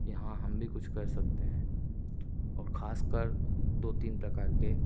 कि हाँ हम भी कुछ कर सकते हैं और खासकर दो तीन प्रकार के